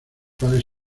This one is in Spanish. cuales